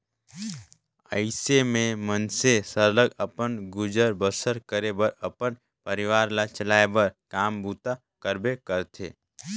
अइसे में मइनसे सरलग अपन गुजर बसर करे बर अपन परिवार ल चलाए बर काम बूता करबे करथे